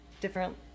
different